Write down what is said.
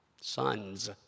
sons